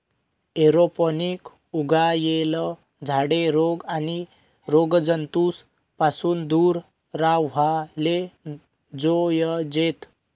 aeroponic उगायेल झाडे रोग आणि रोगजंतूस पासून दूर राव्हाले जोयजेत